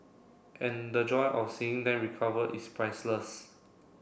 and the joy of seeing them recover is priceless